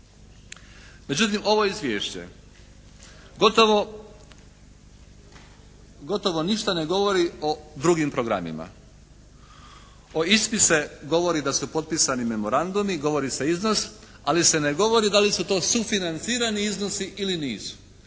Međutim ovo izvješće gotovo, gotovo ništa ne govori o drugim programima. O «ISPA-i» se govori da su potpisani memorandumi. Govori se iznos, ali se ne govori da sli su to sufinancirani iznosi ili nisu?